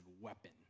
weapon